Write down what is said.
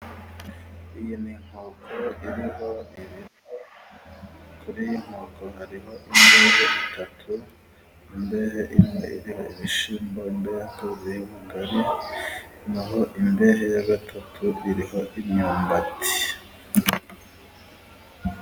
Iyi ni inkoko iriho ibiryo. kuri iyi nkoko hariho imbehe eshatu; imbehe imwe iriho ibishyimbo, imbehe ya kabiri iriho ubugari, naho imbehe ya gatatu iriho imyumbati.